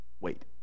wait